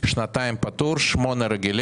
שנתיים פטור, שמונה שנים